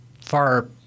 far